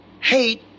hate